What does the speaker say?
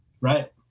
Right